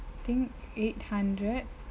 think eight hundred